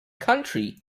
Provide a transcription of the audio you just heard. country